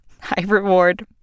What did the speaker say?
high-reward